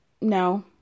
no